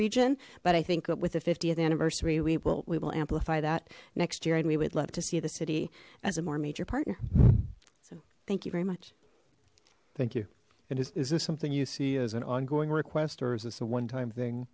region but i think with the th anniversary we will we will amplify that next year and we would love to see the city as a more major partner so thank you very much thank you and is this something you see as an ongoing request or is this a one time thing